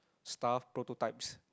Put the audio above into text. staff prototypes